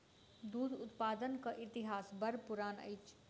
दूध उत्पादनक इतिहास बड़ पुरान अछि